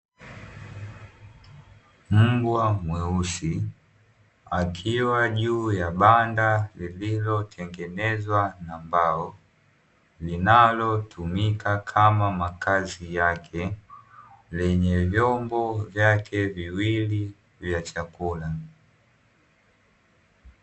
Mbwa mweusi akiwa juu ya banda liliotengenezwama na mbao; linalotumika kama makazi yake, lenye vyombo vyake viwili vya chakula.